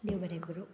देव बरें करूं